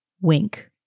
wink